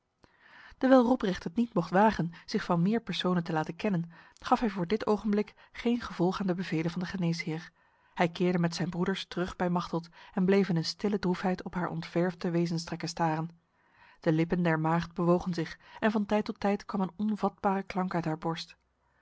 dewijl robrecht het niet mocht wagen zich van meer personen te laten kennen gaf hij voor dit ogenblik geen gevolg aan de bevelen van de geneesheer hij keerde met zijn broeders terug bij machteld en bleef in een stille droefheid op haar ontverfde wezenstrekken staren de lippen der maagd bewogen zich en van tijd tot tijd kwam een onvatbare klank uit haar borst